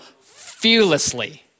fearlessly